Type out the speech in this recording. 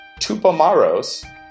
Tupamaros